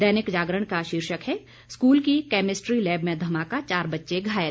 दैनिक जागरण का शीर्षक है स्कूल की केमिस्ट्री लैब में धमाका चार बच्चे घायल